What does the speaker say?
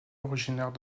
originaires